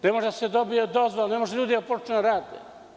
Ne može da se dobije dozvola, ne mogu ljudi da počnu da rade.